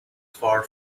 far